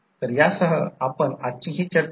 तर आता आपल्याला I2 N1 I2 N2 माहित आहे